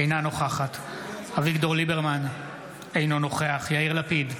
אינה נוכחת אביגדור ליברמן, אינו נוכח יאיר לפיד,